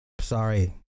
sorry